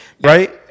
Right